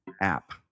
app